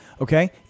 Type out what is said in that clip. Okay